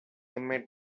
met